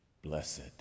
Blessed